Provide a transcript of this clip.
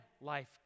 life